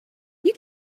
you